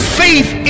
faith